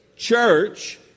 church